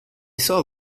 saw